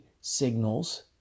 signals